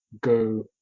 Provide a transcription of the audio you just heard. Go